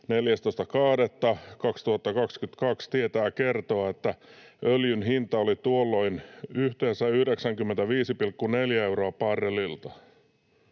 14.2.2022, tietää kertoa, että öljyn hinta oli tuolloin yhteensä 95,4 dollaria barrelilta.